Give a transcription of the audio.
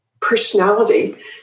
personality